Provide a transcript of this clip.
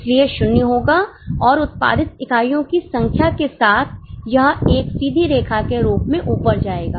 इसलिए यह 0 होगा और उत्पादित इकाइयों की संख्या के साथ यह एक सीधी रेखा के रूप में ऊपर जाएगा